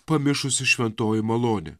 pamišusi šventoji malonė